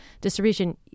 distribution